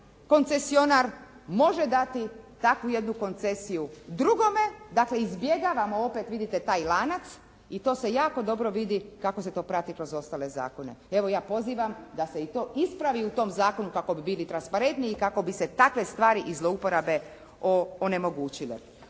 taj koncesionar može dati takvu jednu koncesiju drugome, dakle izbjegavamo opet vidite taj lanac i to se jako dobro vidi kako se to prati kroz ostale zakone. Evo ja pozivam da se i to ispravi u tom zakonu kako bi bili transparentniji i kako bi se takve stvari i zlouporabe onemogućile.